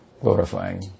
glorifying